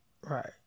Right